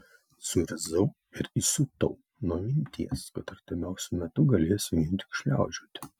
suirzau ir įsiutau nuo minties kad artimiausiu metu galėsiu vien tik šliaužioti